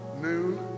noon